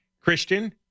Christian